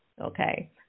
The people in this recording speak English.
Okay